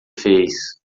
fez